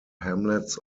hamlets